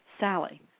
Sally